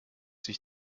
sich